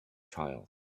child